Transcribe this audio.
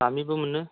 बामिबो मोनो